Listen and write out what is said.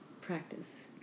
practice